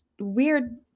weird